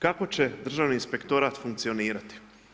Kako će Državni inspektorat funkcionirati?